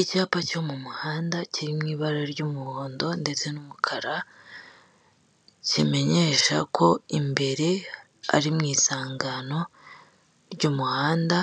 Icyapa cyo mu muhanda kiri mu ibara ry'umuhondo, ndetse n'umukara, kimenyesha ko imbere ari mu isangano ry'umuhanda,